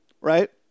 right